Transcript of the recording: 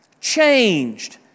changed